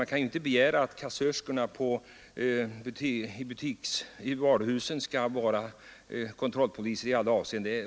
Man kan inte begära att kassörskorna i varuhusen skall vara kontrollpoliser i alla avseenden.